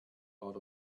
out